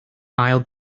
ail